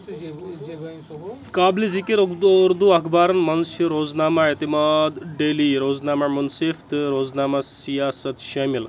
قٲبلہِ ذِکر اردوٗ اخبارن منٛز چھِ روزنامہ احتماد ڈیلی روزنامہ مُنصِف تہٕ روزنامہ سِیاسَت شٲمِل